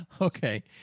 Okay